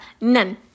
none